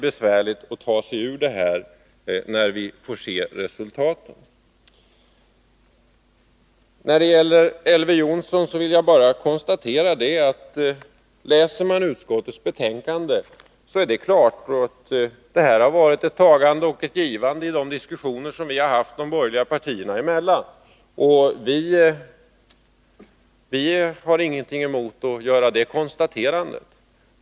Beträffande vad Elver Jonsson sade vill jag bara konstatera att det har varit ett tagande och ett givande i de diskussioner som vi har haft de borgerliga partierna emellan. Vi har ingenting emot att konstatera det.